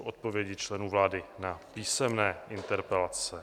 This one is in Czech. Odpovědi členů vlády na písemné interpelace